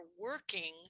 working